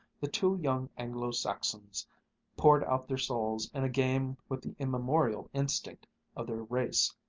the two young anglo-saxons poured out their souls in a game with the immemorial instinct of their race,